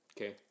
Okay